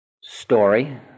story